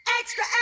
Extra